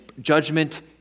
judgment